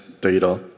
data